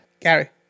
Gary